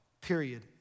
period